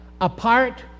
apart